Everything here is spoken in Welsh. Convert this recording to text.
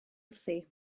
wrthi